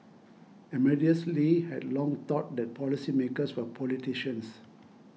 Amadeus Lee had long thought that policymakers were politicians